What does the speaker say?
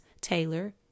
Taylor